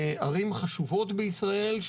ערים חשובות בישראל,